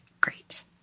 great